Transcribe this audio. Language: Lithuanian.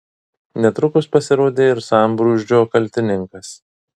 netrukus pasirodė ir sambrūzdžio kaltininkas